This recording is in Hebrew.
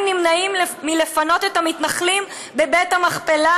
נמנעים מלפנות את המתנחלים בבית המכפלה,